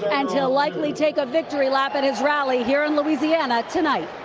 and he'll likely take a victory lap at his rally here in louisiana tonight.